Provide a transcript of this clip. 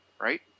Right